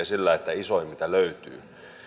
sillä että isoin mitä löytyy ja